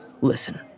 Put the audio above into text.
Listen